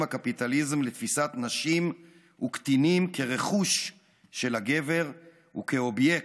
הקפיטליזם לתפיסת נשים וקטינים כרכוש של הגבר וכאובייקט.